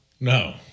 no